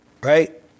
Right